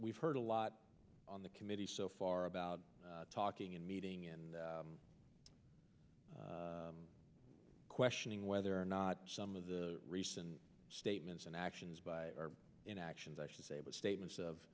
we've heard a lot on the committee so far about talking and meeting and questioning whether or not some of the recent statements and actions by our interactions i should say but statements of